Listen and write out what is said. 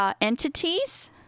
Entities